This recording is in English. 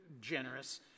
generous